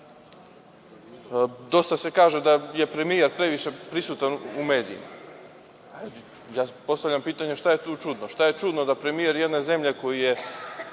se kaže da je premijer previše prisutan u medijima. Ja postavljam pitanje – šta je tu čudno? Šta je čudno da premijer jedne zemlje koji